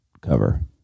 cover